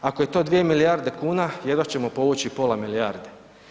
Ako je to dvije milijarde kuna jedva ćemo povući pola milijarde.